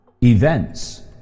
events